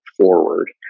forward